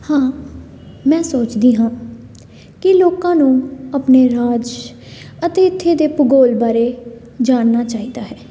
ਹਾਂ ਮੈਂ ਸੋਚਦੀ ਹਾਂ ਕਿ ਲੋਕਾਂ ਨੂੰ ਆਪਣੇ ਰਾਜ ਅਤੇ ਇੱਥੇ ਦੇ ਭੂਗੋਲ ਬਾਰੇ ਜਾਣਨਾ ਚਾਹੀਦਾ ਹੈ